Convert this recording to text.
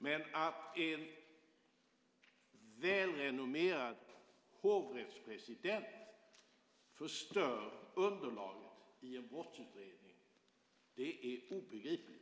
Men att en välrenommerad hovrättspresident förstör underlaget i en brottsutredning är obegripligt.